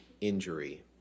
injury